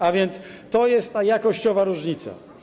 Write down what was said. A więc to jest ta jakościowa różnica.